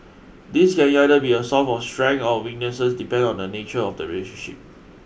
this can either be a source of strength or a weakness depending on the nature of the relationship